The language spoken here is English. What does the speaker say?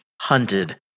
hunted